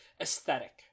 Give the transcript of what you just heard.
aesthetic